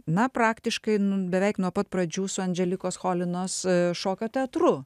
na praktiškai beveik nuo pat pradžių su andželikos cholinos šokio teatru